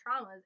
traumas